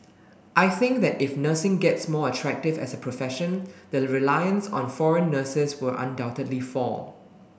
I think that if nursing gets more attractive as a profession the reliance on foreign nurses will undoubtedly fall